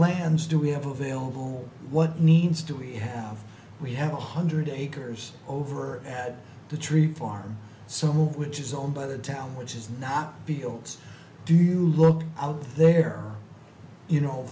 plans do we have available what needs to we have we have a hundred acres over at the tree farm so move which is owned by the town which is not fields do you look out there you know